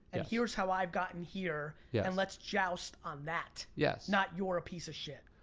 and here's how i've gotten here, yeah and let's joust on that. yes. not, you're a piece of shit.